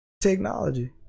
Technology